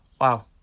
Wow